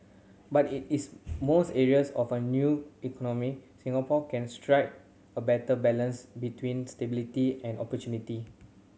but it is most areas of an new economy Singapore can strike a better balance between stability and opportunity